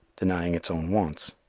denying its own wants.